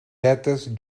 vetes